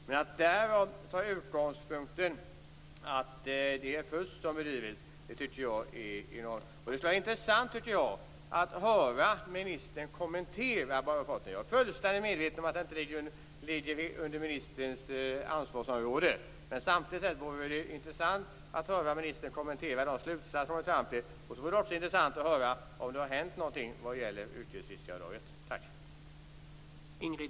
Men att ta det till utgångspunkt för att det bedrivs fusk tycker jag är enormt. Det skulle vara intressant, tycker jag, att höra ministern kommentera rapporten. Jag är fullständigt medveten om att den inte ligger under ministerns ansvarsområde. Samtidigt vore det intressant att höra ministern kommentera de slutsatser man kommit fram till. Det vore också intressant att höra om det har hänt någonting när det gäller yrkesfiskaravdraget.